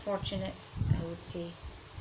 fortunate I would say